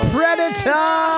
Predator